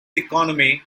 economy